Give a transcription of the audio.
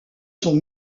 sont